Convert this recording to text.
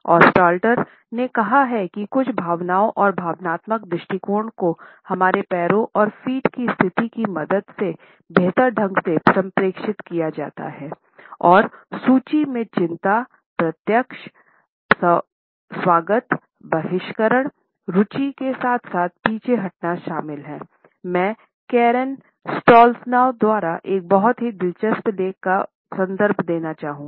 और स्टाल्टर द्वारा एक बहुत ही दिलचस्प लेख का संदर्भ देना चाहूंगा